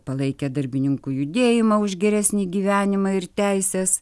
palaikė darbininkų judėjimą už geresnį gyvenimą ir teises